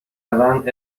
روند